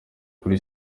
kuri